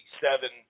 seven